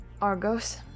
Argos